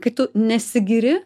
kai tu nesigiri